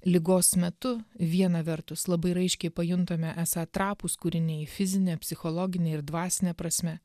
ligos metu viena vertus labai raiškiai pajuntame esą trapūs kūriniai fizine psichologine ir dvasine prasme